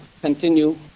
continue